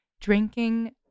drinking